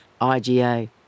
IGA